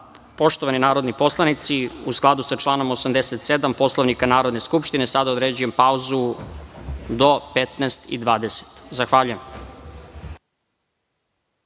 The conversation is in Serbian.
Hvala. Poštovani narodni poslanici u skladu sa članom 87. Poslovnika Narodne skupštine sada određujem pauzu do 15.20